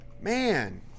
man